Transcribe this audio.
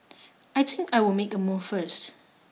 I think I will make a move first